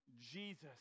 Jesus